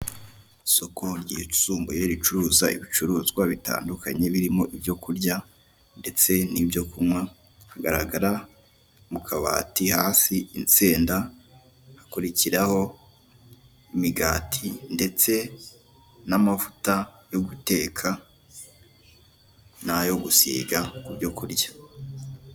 Isoko ryisumbuye ricuruza ibicuruzwa bitandukanye birimo ibyo kurya ndetse n'ibyo kunywa. Hagaragara mu kabati hasi insenda, hakurikiraho imigati ndetse n'amavuta yo guteka n'ayo gusiga ku byo kurya.